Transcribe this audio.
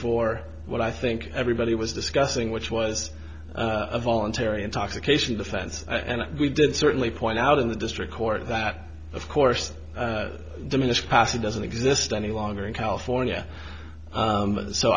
for what i think everybody was discussing which was a voluntary intoxication defense and we did certainly point out in the district court that of course diminished passage doesn't exist any longer in california